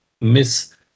Miss